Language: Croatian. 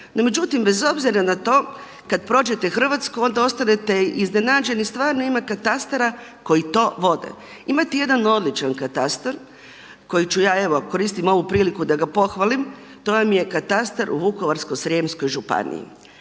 međutim bez obzira na to kad prođete Hrvatsku onda ostanete iznenađeni, stvarno ima katastara koji to vode. Imate jedan odličan katastar koji ću ja evo koristim ovu priliku da ga pohvalim, to vam je katastar u Vukovarsko-srijemskoj županiji.